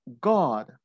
God